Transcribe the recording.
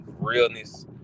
realness